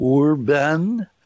urban